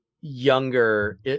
younger